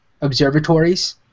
observatories